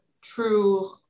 true